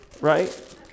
Right